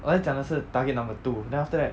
我在讲的是 target number two then after that